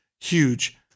huge